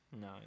No